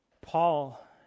Paul